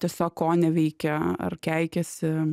tiesiog koneveikia ar keikiasi